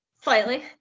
Slightly